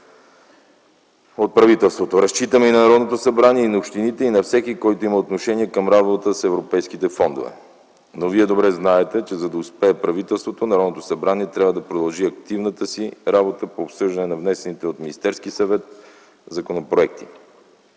от правителството, но разчитаме и на Народното събрание, и на общините, и на всеки, който има отношение към работата с европейските фондове. Вие добре знаете, че за да успее правителството, Народното събрание трябва да продължи активната си работа по обсъждане на внесените от Министерския съвет законопроекти.